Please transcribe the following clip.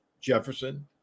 Jefferson